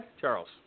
Charles